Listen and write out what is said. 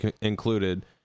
included